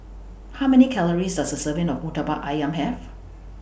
How Many Calories Does A Serving of Murtabak Ayam Have